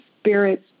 spirit's